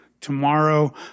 Tomorrow